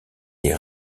est